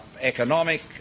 economic